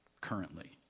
currently